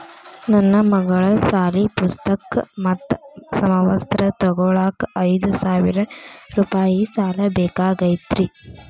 ನನ್ನ ಮಗಳ ಸಾಲಿ ಪುಸ್ತಕ್ ಮತ್ತ ಸಮವಸ್ತ್ರ ತೊಗೋಳಾಕ್ ಐದು ಸಾವಿರ ರೂಪಾಯಿ ಸಾಲ ಬೇಕಾಗೈತ್ರಿ